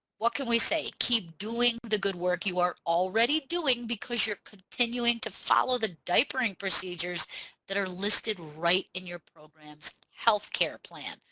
what can we say? keep doing the good work you are already doing because you're continuing to follow the diapering procedures that are listed right in your program's health care plan.